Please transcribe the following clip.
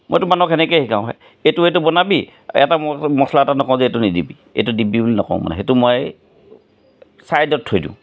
মইতো মানুহক সেনেকেই শিকাওঁ ভাই এইটো এইটো বনাবি আৰু এটা ম মছলা এটা নকওঁ যে এইটো নিদিবি এইটো দিবি বুলি নকওঁ মানে সেইটো মই চাইডত থৈ দিওঁ